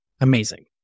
Amazing